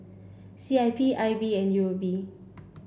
C I P I B and U O B